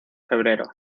febrero